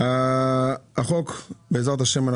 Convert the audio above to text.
בעזרת השם,